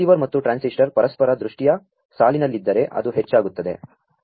ರಿಸೀ var ಮತ್ತು transmitter ಪರಸ್ಪರ ದೃಷ್ಟಿಯ ಸಾ ಲಿನಲ್ಲಿದ್ದರೆ ಅದು ಹೆಚ್ಚು ಆಗು ತ್ತದೆ